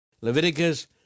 Leviticus